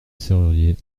serrurier